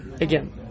Again